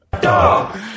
Dog